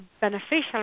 beneficial